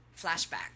Flashback